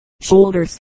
shoulders